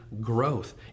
growth